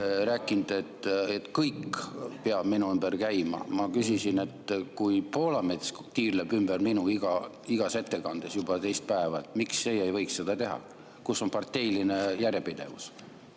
rääkinud, et kõik peab minu ümber käima. Ma küsisin, et kui Poolametsal tiirleb kõik ümber minu igas ettekandes juba teist päeva, siis miks teie ei võiks seda teha. Kus on parteiline järjepidevus?